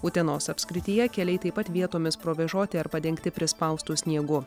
utenos apskrityje keliai taip pat vietomis provėžoti ar padengti prispaustu sniegu